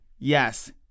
Yes